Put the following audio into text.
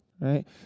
right